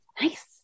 nice